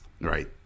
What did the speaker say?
right